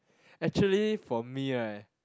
actually for me right